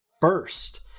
first